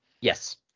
Yes